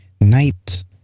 night